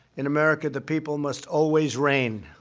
in america, the people must always reign.